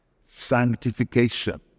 Sanctification